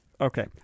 Okay